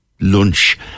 lunch